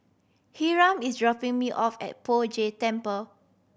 hiram is dropping me off at Poh Jay Temple